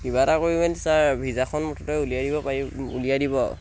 কিবা এটা কৰিপেনি ছাৰ ভিছাখন মুঠতে উলিয়াই দিব পাৰিম উলিয়াই দিব